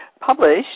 published